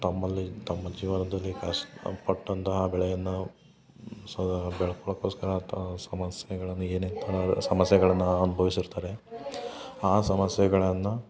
ತಮ್ಮಲ್ಲಿ ತಮ್ಮ ಜೀವನದಲ್ಲಿ ಕಷ್ಟಪಟ್ಟಂತಹ ಬೆಳೆಯನ್ನ ಸದಾ ಬೆಳ್ಕೊಳ್ಳೋಕೋಸ್ಕರ ಆತ ಸಮಸ್ಯೆಗಳನ್ನ ಏನೇನು ತರಹದ ಸಮಸ್ಯೆಗಳನ್ನ ಅನ್ಭವ್ಸಿರ್ತಾರೆ ಆ ಸಮಸ್ಯೆಗಳನ್ನ